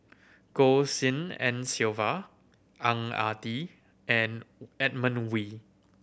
Goh Tshin En Sylvia Ang Ah Tee and Edmund Wee